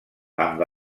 amb